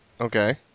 Okay